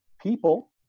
people